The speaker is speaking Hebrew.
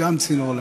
גם "צינור לילה",